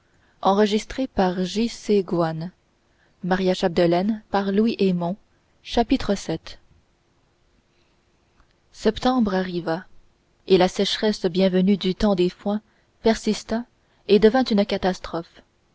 chapitre vii septembre arriva et la sécheresse bienvenue du temps des foins persista et devint une catastrophe